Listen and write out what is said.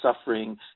suffering